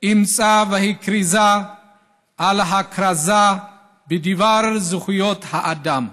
אימצה והכריזה על הכרזה בדבר זכויות האדם.